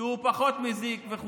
היא אומרת, כי הוא פחות מזיק וכו',